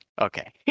okay